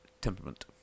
temperament